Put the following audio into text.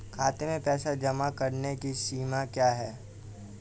खाते में पैसे जमा करने की सीमा क्या है?